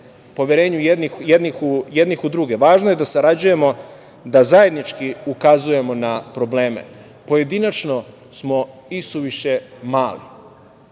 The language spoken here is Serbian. Poverenju jedni u druge, važno je da sarađujemo i da zajednički ukazujemo na probleme, pojedinačno smo isuviše